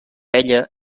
ella